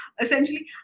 essentially